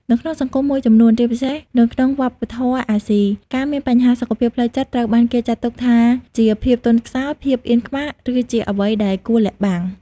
នៅក្នុងសង្គមមួយចំនួន ជាពិសេសនៅក្នុងវប្បធម៌អាស៊ី ការមានបញ្ហាសុខភាពផ្លូវចិត្តត្រូវបានគេចាត់ទុកថាជា ភាពទន់ខ្សោយ ភាពអៀនខ្មាស ឬជាអ្វីដែលគួរលាក់បាំង។